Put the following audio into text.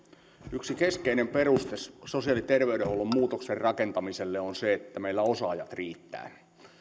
yksi keskeinen peruste sosiaali ja terveydenhuollon muutoksen rakentamiselle on se että meillä osaajat riittävät